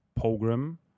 program